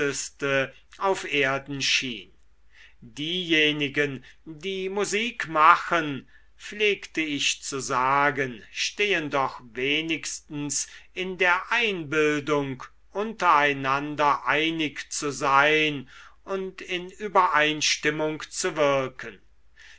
auf erden schien diejenigen die musik machen pflegte ich zu sagen stehen doch wenigstens in der einbildung untereinander einig zu sein und in übereinstimmung zu wirken